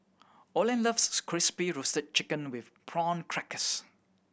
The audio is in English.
Olene loves Crispy Roasted Chicken with Prawn Crackers